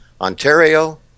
Ontario